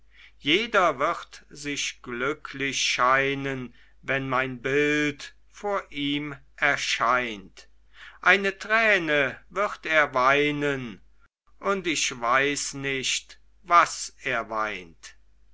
jeder wird sich glücklich scheinen wenn mein bild vor ihm erscheint eine träne wird er weinen und ich weiß nicht was er weint